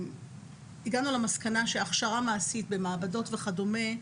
הגענו למסקנה שהכשרה מעשית במעבדות וכדומה,